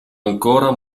ancora